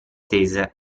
tese